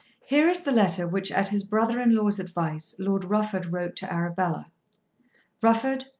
here is the letter which at his brother-in-law's advice lord rufford wrote to arabella rufford,